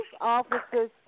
officers